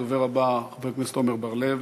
הדובר הבא, חבר הכנסת עמר בר-לב.